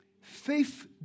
Faith